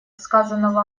сказанного